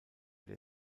der